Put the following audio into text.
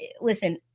Listen